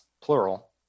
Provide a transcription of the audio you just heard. plural